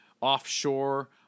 offshore